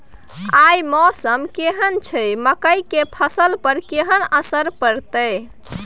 आय मौसम केहन छै मकई के फसल पर केहन असर परतै?